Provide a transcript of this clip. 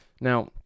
Now